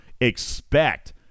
expect